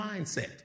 mindset